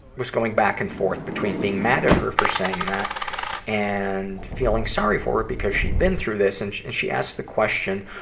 was going back and forth between being mad at her for saying that and feeling sorry for her because she'd been through this, and and she asked the question,